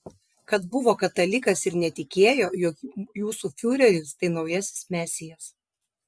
kad buvo katalikas ir netikėjo jog jūsų fiureris tai naujasis mesijas